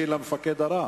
את מתכוונת למפקד הרע,